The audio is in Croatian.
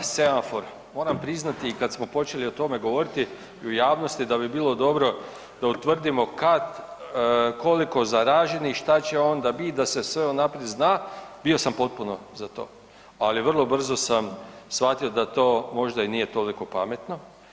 Semafor, moram priznati kada smo počeli o tome govoriti u javnosti da bi bilo dobro da utvrdimo kad, koliko zaraženih šta će onda biti da se sve unaprijed zna, bio sam potpuno za to, ali vrlo brzo sam shvatio da to možda i nije toliko pametno.